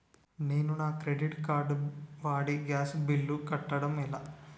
నేను నా credit card వాడి గ్యాస్ బిల్లు కట్టడం ఎలా?